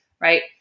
right